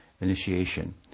initiation